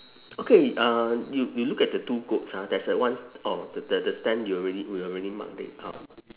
okay uh you you look at the two goats ah there's that one s~ oh the the the stand you already we already marked it out